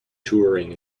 touring